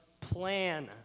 plan